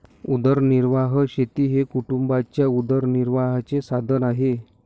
उदरनिर्वाह शेती हे कुटुंबाच्या उदरनिर्वाहाचे साधन आहे